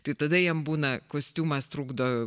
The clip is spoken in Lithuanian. tai tada jiem būna kostiumas trukdo